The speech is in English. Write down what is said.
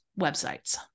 websites